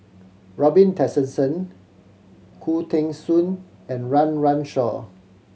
Robin Tessensohn Khoo Teng Soon and Run Run Shaw